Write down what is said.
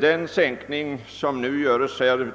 Den sänkning